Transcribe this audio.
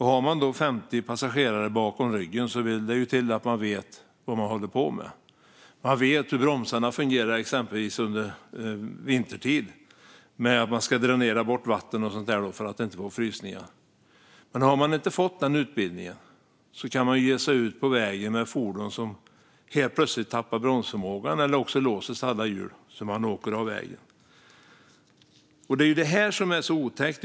Har man 50 passagerare bakom ryggen vill det till att man vet vad man håller på med, till exempel hur bromsarna fungerar vintertid, hur man ska dränera bort vatten och så där för att inte få frysningar. Har man inte fått den utbildningen kan man ge sig ut på vägen med ett fordon som helt plötsligt tappar bromsförmågan, eller så låser sig alla hjul så att man åker av vägen. Det är det här som är så otäckt.